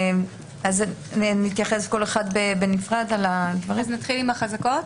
נתחיל עם החזקות.